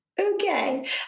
okay